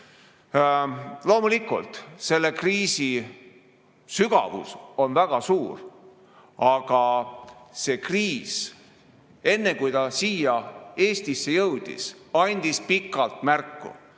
Loomulikult selle kriisi sügavus on väga suur, aga see kriis, enne kui ta siia Eestisse jõudis, andis pikalt märku.